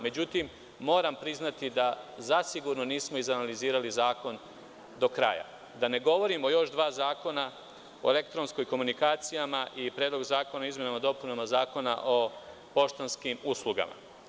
Međutim, moram priznati da zasigurno nismo izanalizirali zakon do kraja, da ne govorim o još dva zakona o elektronskoj komunikaciji i Predlogu zakona o izmenama i dopunama Zakona o poštanskim uslugama.